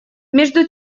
между